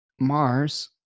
Mars